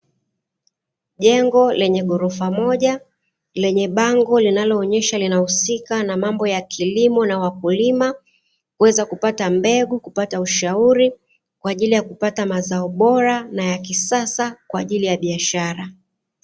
Jengo lenye ghorofa moja lenye bango linaloonyesha linahusika na mambo ya kilimo na wakulima, kuweza kupata mbegu, kupata ushauri kwa ajili ya mazao bora na ya kisasa kwa ajili ya biashara.